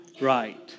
right